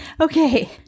Okay